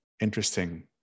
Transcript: interesting